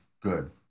good